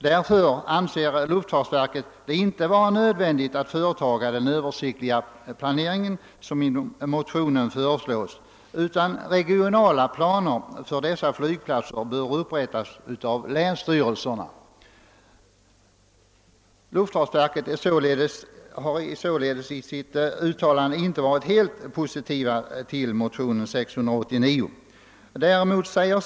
Därför anser luftfartsverket det inte nödvändigt att företa den översiktliga planering som föreslås i motionerna, utan regionala planer för dessa flygplatser bör upprättas av länsstyrelserna. Luftfartsverket har sålunda i sitt uttalande inte ställt sig helt positivt till yrkandena i motionsparet I: 633 och II: 689.